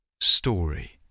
story